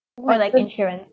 why like insurance